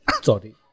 Sorry